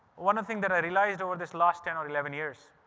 one of the thing that i realised over this last ten eleven years,